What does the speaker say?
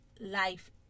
life